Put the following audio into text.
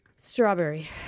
Strawberry